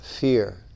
fear